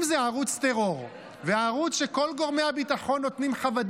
אם זה ערוץ טרור וערוץ שכל גורמי הביטחון נותנים חוות